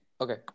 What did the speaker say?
Okay